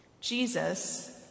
Jesus